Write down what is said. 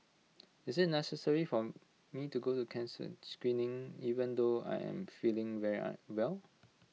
is IT necessary for me to go to cancer screening even though I am feeling very well